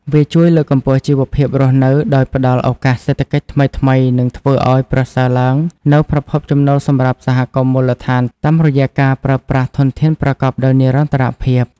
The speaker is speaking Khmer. វាជួយលើកកម្ពស់ជីវភាពរស់នៅ ដោយផ្ដល់ឱកាសសេដ្ឋកិច្ចថ្មីៗ និងធ្វើឱ្យប្រសើរឡើងនូវប្រភពចំណូលសម្រាប់សហគមន៍មូលដ្ឋាន តាមរយៈការប្រើប្រាស់ធនធានប្រកបដោយនិរន្តរភាព។